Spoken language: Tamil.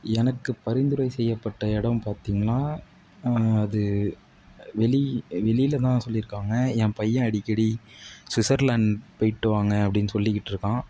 எனக்கு பரிந்துரை செய்யப்பட்ட இடம் பார்த்திங்கனா அது வெளி வெளியில் தான் சொல்லியிருக்காங்க என் பையன் அடிக்கடி ஸ்விஸர்லேண்ட் போய்விட்டு வாங்க அப்படின்னு சொல்லிக்கிட்டிருக்கான்